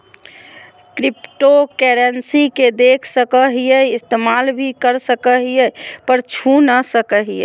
cryptocurrency के देख सको हीयै इस्तेमाल भी कर सको हीयै पर छू नय सको हीयै